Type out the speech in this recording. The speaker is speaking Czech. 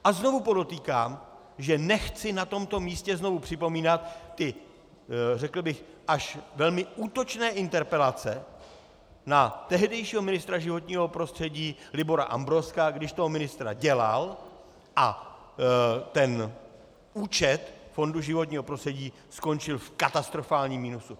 A znovu podotýkám, že nechci na tomto místě znovu připomínat ty řekl bych až velmi útočné interpelace na tehdejšího ministra životního prostředí Libora Ambrozka, když toho ministra dělal a ten účet Fondu životního prostředí skončil v katastrofálním minusu.